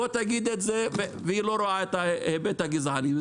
בוא תגיד את זה, והיא לא רואה את ההיבט הגזעני.